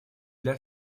для